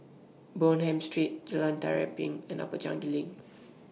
Bonham Street Jalan Tari Piring and Upper Changi LINK